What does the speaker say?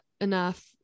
enough